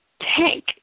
tank